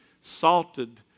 salted